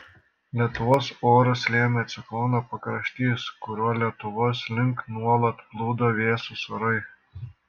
lietuvos orus lėmė ciklono pakraštys kuriuo lietuvos link nuolat plūdo vėsūs orai